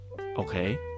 okay